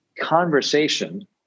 conversation